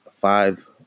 five